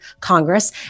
Congress